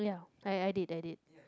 I I did I did